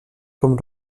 com